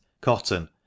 cotton